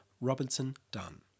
Robinson-Dunn